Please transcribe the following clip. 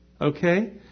Okay